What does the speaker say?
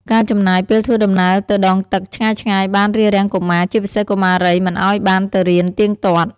ការចំណាយពេលធ្វើដំណើរទៅដងទឹកឆ្ងាយៗបានរារាំងកុមារ ជាពិសេសកុមារី មិនឱ្យបានទៅរៀនទៀងទាត់។